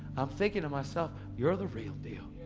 i'm thinking to myself, you're the real deal.